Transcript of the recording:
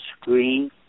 screen